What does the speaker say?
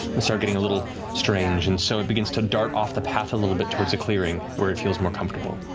and start getting a little strange, and so it begins to dart off the path a little bit towards a clearing, where it feels more comfortable.